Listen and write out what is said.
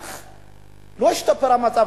נניח לא השתפר המצב.